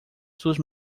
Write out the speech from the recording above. suas